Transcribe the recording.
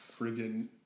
friggin